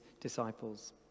disciples